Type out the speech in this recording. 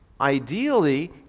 ideally